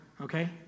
okay